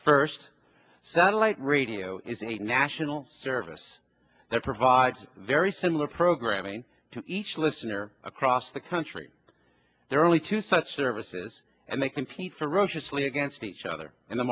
first satellite radio is a national service that provides very similar programming to each listener across the country there are only two such services and they compete ferociously against each other in the